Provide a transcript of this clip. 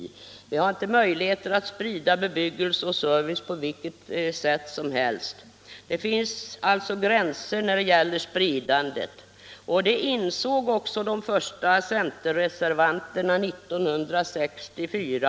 Vi har inte möjlighet att sprida bebyggelse och service på vilket sätt som helst. Det finns alltså gränser för spridandet. Det insåg också de första centerreservanterna 1964.